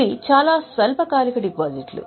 ఇవి చాలా స్వల్పకాలిక డిపాజిట్లు